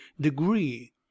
degree